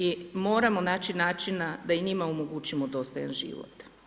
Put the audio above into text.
I moramo naći načina da i njima omogućimo dostojan život.